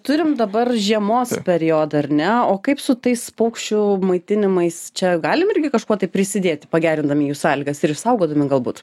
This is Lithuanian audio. turim dabar žiemos periodą ar ne o kaip su tais paukščių maitinimais čia galim irgi kažkuo tai prisidėti pagerindami jų sąlygas ir išsaugodami galbūt